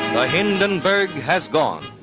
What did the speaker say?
the hindenburg has gone.